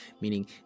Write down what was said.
meaning